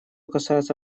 касается